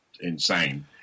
Insane